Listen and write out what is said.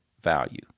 value